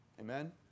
Amen